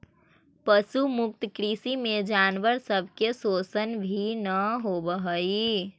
पशु मुक्त कृषि में जानवर सब के शोषण भी न होब हई